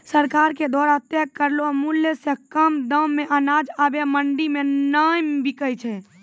सरकार के द्वारा तय करलो मुल्य सॅ कम दाम मॅ अनाज आबॅ मंडी मॅ नाय बिकै छै